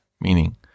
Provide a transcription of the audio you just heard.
Meaning